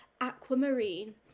Aquamarine